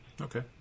Okay